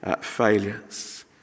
failures